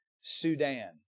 Sudan